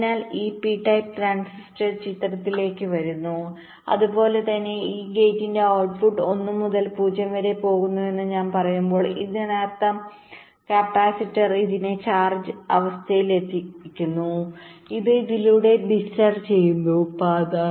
അതിനാൽ ഈ P type transistor ചിത്രത്തിലേക്ക് വരുന്നു അതുപോലെ തന്നെ ഈ ഗേറ്റിന്റെ ഔട്ട്പുട്ട് 1 മുതൽ 0 വരെ പോകുന്നുവെന്ന് ഞാൻ പറയുമ്പോൾ ഇതിനർത്ഥം കപ്പാസിറ്റർ ഇതിനകം ചാർജ് അവസ്ഥയിലായിരുന്നു ഇത് ഇതിലൂടെ ഡിസ്ചാർജ് ചെയ്യുന്നു പാത